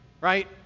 right